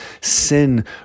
sin